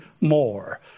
more